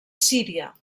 síria